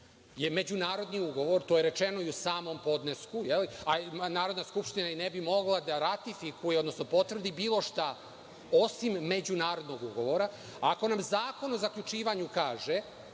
je međunarodni ugovor, to je rečeno i u samom podnesku, a i Narodna skupština ne bi mogla da ratifikuje, odnosno potvrdi bilo šta osim međunarodnog ugovora. Ako nam Zakon o zaključivanju kaže